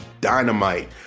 Dynamite